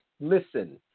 listen